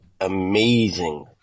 Amazing